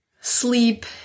sleep